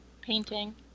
painting